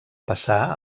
passà